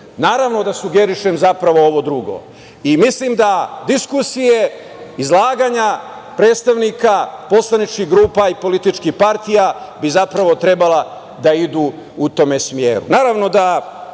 izazovu. Naravno da sugerišem zapravo ovo drugo i mislim da diskusije, izlaganja predstavnika poslaničkih grupa i političkih partija bi zapravo trebala da idu u tom smeru. Kao